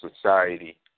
society